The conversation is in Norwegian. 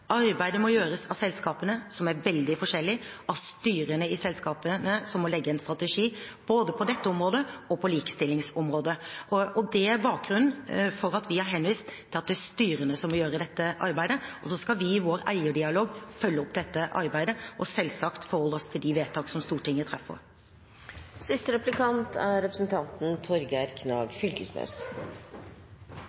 Arbeidet må gjøres av selskapene som er veldig forskjellige, av styrene i selskapene som må legge en strategi, både på dette området og på likestillingsområdet. Det er bakgrunnen for at vi har henvist til at det er styrene som må gjøre dette arbeidet, og så skal vi i vår eierdialog følge opp dette arbeidet og selvsagt forholde oss til de vedtak som Stortinget treffer.